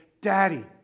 Daddy